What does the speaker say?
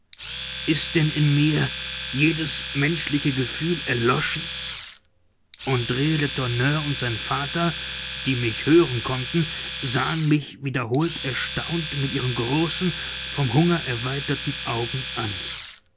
ist denn in mir jedes menschliche gefühl erloschen andr letourneur und sein vater die mich hören konnten sahen mich wiederholt erstaunt mit ihren großen vom hunger erweiterten augen an